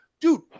dude